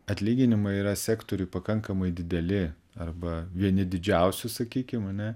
atlyginimai yra sektoriuj pakankamai dideli arba vieni didžiausių sakykim ane